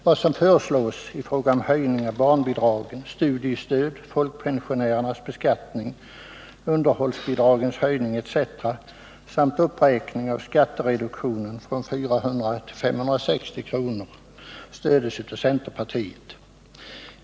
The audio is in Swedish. Vad som föreslås i fråga om höjning av barnbidragen, studiestöd, folkpensionärernas beskattning, underhållsbidragens höjning etc. samt uppräkning av skattereduktionen från 400 till 560 kr. stöds av centerpartiet.